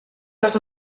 das